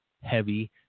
heavy